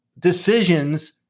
decisions